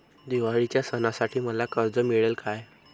दिवाळीच्या सणासाठी मला कर्ज मिळेल काय?